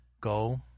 Go